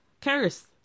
Curse